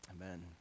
Amen